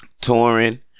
Touring